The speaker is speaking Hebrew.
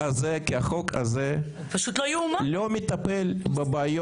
אני רוצה לספר לך אדוני היושב ראש שבקדנציה